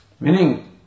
Meaning